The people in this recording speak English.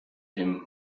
him